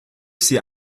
sie